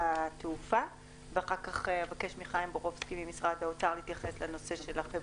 התעופה ואחר כך אבקש מחיים בורובסקי ממשרד האוצר להתייחס לנושא החברות.